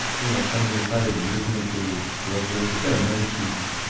you know, standing aside, listening to, to what she has to say, and then she's,